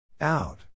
Out